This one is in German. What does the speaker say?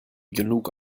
genug